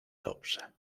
dobrze